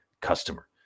customer